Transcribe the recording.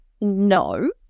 No